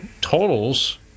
totals